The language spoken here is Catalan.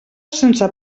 sense